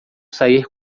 sair